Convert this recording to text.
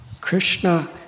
Krishna